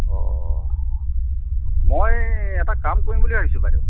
অঁ মই এটা কাম কৰিম বুলি ভাবিছোঁ বাইদেউ